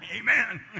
Amen